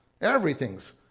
Everything's